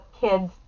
kids